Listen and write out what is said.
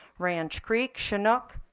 ranch creek, chinook,